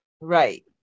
Right